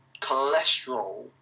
cholesterol